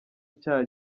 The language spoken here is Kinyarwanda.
icyaha